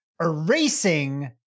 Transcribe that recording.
erasing